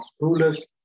rulers